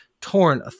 Torn